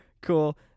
Cool